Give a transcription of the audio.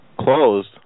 Closed